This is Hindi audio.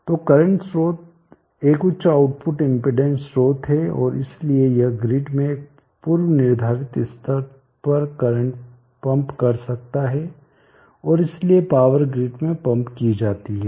तो करंट स्रोत एक उच्च आउटपुट इम्पीड़ेंस स्रोत है और इसलिए यह ग्रिड में एक पूर्व निर्धारित स्तर पर करंट पंप कर सकता है और इसलिए पावर ग्रिड में पंप की जाती है